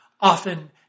Often